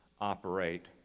operate